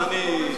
אז אני,